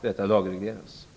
Detta lagregleras.